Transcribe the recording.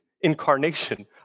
incarnation